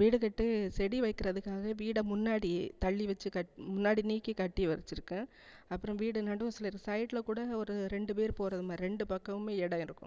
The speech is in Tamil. வீடு கட்டி செடி வைக்கிறதுக்காக வீடை முன்னாடி தள்ளி வச்சு கட் முன்னாடி நீக்கி கட்டி வச்சுருக்கேன் அப்புறம் வீடு நடுஸில் இது சைட்டில் கூட ஒரு ரெண்டு பேர் போகறது மாதிரி ரெண்டு பக்கமுமே இடம் இருக்கும்